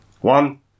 One